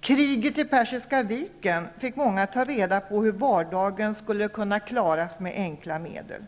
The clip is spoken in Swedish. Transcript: Kriget i Persiska viken fick många att ta reda på hur vardagen skulle kunna klaras med enkla medel.